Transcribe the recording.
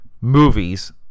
movies